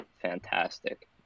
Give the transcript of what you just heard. fantastic